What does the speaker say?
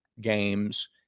games